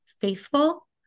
faithful